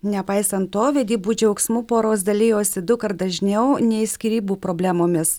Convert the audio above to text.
nepaisant to vedybų džiaugsmu poros dalijosi dukart dažniau nei skyrybų problemomis